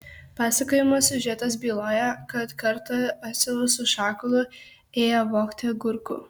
pasakojimo siužetas byloja kad kartą asilas su šakalu ėję vogti agurkų